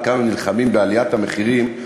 על כמה נלחמים בעליית המחירים.